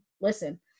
listen